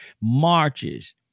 marches